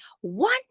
One